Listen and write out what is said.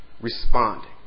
responding